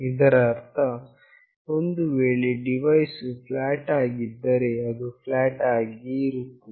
ಇದರ ಅರ್ಥ ಒಂದು ವೇಳೆ ಡಿವೈಸ್ ವು ಫ್ಲಾಟ್ ಆಗಿದ್ದರೆ ಅದು ಫ್ಲಾಟ್ ಆಗಿಯೇ ಇರುತ್ತದೆ